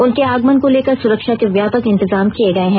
उनके आगमन को लेकर सुरक्षा के व्यापक इंतजाम किए गए हैं